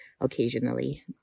occasionally